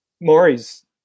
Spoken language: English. maury's